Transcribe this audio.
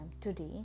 today